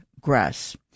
grass